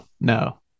No